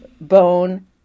bone